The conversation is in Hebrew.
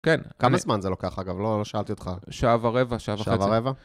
כן. כמה זמן זה לוקח, אגב? לא שאלתי אותך. שעה ורבע, שעה וחצי.